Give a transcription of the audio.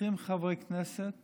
20 חברי כנסת